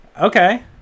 okay